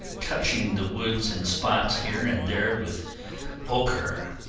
touching the woods in spots here and there with ocher,